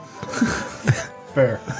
Fair